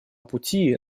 пути